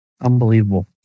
Unbelievable